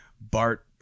Bart